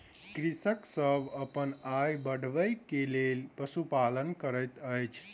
कृषक सभ अपन आय बढ़बै के लेल पशुपालन करैत अछि